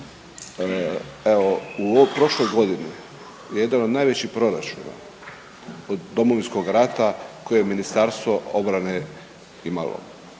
Evo u ovoj prošloj godini jedan od najvećih proračuna od Domovinskog rata koje je Ministarstvo obrane imalo.